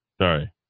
Sorry